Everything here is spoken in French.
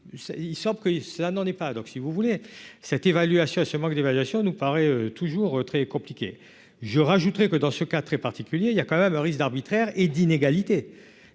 ils sortent que ça n'en est pas donc, si vous voulez cette évaluation, ce manque d'évaluation nous paraît toujours très compliqué, je rajouterai que, dans ce cas très particulier, il y a quand même un risque d'arbitraire et d'inégalités,